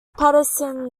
patterson